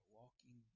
walking